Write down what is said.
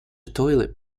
toilet